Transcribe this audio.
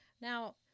Now